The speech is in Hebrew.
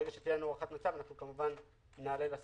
ברגע שתהיה לנו הערכת מצב אנחנו כמובן נעלה את זה